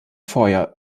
vorjahr